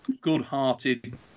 good-hearted